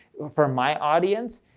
for my audience,